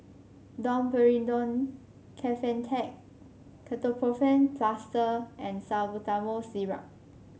Domperidone Kefentech Ketoprofen Plaster and Salbutamol Syrup